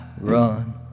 run